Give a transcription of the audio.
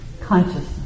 Consciousness